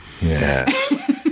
yes